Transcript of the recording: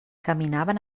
caminaven